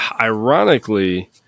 ironically